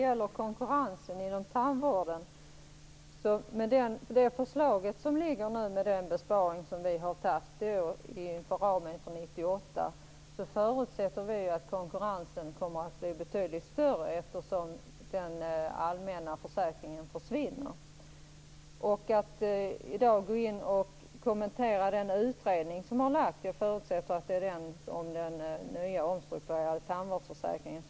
Fru talman! Med det förslag som lagts fram innehållande den besparing som finns inom ramen för 1998, förutsätter vi att konkurrensen kommer att bli betydligt större eftersom den allmänna försäkringen försvinner. Jag förutsätter att Liselotte Wågö talar om utredningen om den nya omstrukturerade tandvårdsförsäkringen.